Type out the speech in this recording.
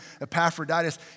Epaphroditus